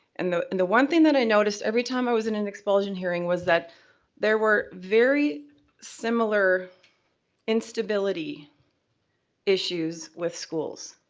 and and the one thing that i noticed, every time i was in an expulsion hearing, was that there were very similar instability issues with schools.